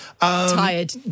Tired